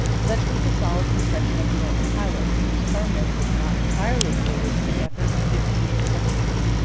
such was the solid construction of the roman highways, whose firmness has not entirely yielded to the effort of fifteen centuries.